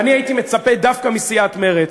ואני הייתי מצפה דווקא מסיעת מרצ,